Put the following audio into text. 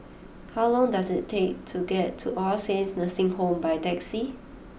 how long does it take to get to All Saints Nursing Home by taxi